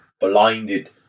blinded